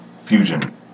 fusion